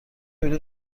بلیط